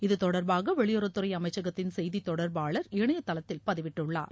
இதுதொடர்பாக வெளியுறவுத்துறை அமைச்சகத்தின் செய்தி தொடர்பாளர் இணையதளத்தில் பதிவிட்டுள்ளார்